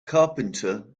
carpenter